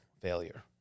failure